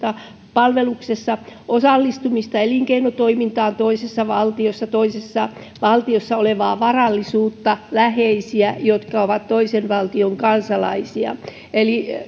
palveluksessa osallistumista elinkeinotoimintaan toisessa valtiossa toisessa valtiossa olevaa varallisuutta läheisiä jotka ovat toisen valtion kansalaisia eli